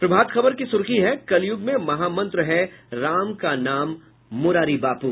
प्रभात खबर की सुर्खी है कलयूग में महामंत्र है राम का नाम मोरारी बापू